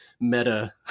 meta